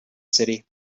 city